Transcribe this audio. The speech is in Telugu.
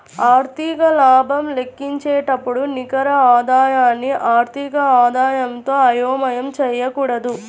ఆర్థిక లాభం లెక్కించేటప్పుడు నికర ఆదాయాన్ని ఆర్థిక ఆదాయంతో అయోమయం చేయకూడదు